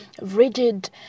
rigid